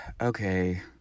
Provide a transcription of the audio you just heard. okay